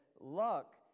luck